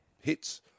hits